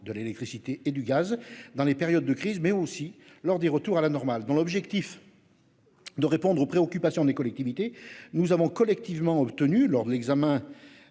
de l'électricité et du gaz dans les périodes de crise, mais aussi lors des. Retour à la normale dans l'objectif.-- De répondre aux préoccupations des collectivités. Nous avons collectivement obtenus lors de l'examen.